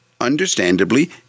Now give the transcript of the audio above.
understandably